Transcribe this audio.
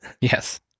Yes